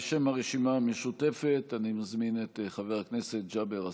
בשם הרשימה המשותפת אני מזמין את חבר הכנסת ג'אבר עסאקלה,